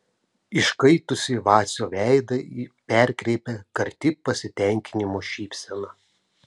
iškaitusį vacio veidą perkreipia karti pasitenkinimo šypsena